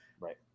right